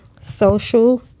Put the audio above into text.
social